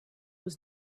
was